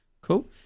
cool